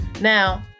Now